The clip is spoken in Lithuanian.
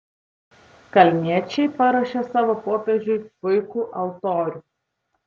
kalniečiai paruošė savo popiežiui puikų altorių